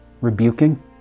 rebuking